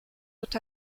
but